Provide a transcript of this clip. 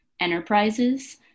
enterprises